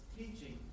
teaching